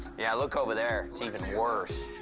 yeah, look over there. it's even worse.